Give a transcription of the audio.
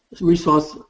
resource